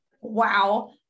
Wow